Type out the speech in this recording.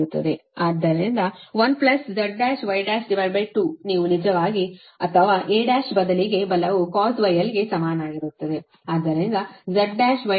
ಆದ್ದರಿಂದ 1Z1Y12 ನೀವು ನಿಜವಾಗಿ ಅಥವಾ A1 ಬದಲಿಗೆ ಬಲವು cosh γlಸಮನಾಗಿರುತ್ತದೆ ಆದ್ದರಿಂದ Z1Y12cosh γl 1